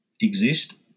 exist